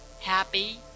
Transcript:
happy